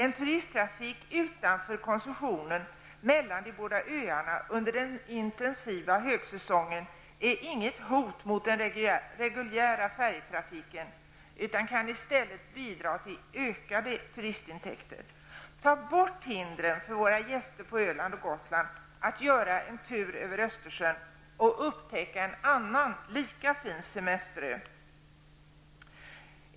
En turisttrafik utanför koncessionen mellan de både öarna under den intensiva högsäsongen är inget hot mot den reguljära färjetrafiken, utan kan i stället bidra till ökade turistintäkter. Ta bort hindren för våra gäster på Öland och Gotland att göra en tur över Östersjön och upptäcka en annan lika fin semesterö!